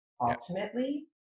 Ultimately